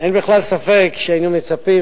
אין בכלל ספק שהיינו מצפים